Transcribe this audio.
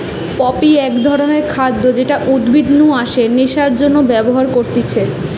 poppy এক ধরণের খাদ্য যেটা উদ্ভিদ নু আসে নেশার জন্যে ব্যবহার করতিছে